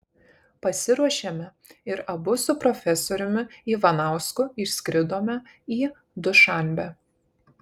pasiruošėme ir abu su profesoriumi ivanausku išskridome į dušanbę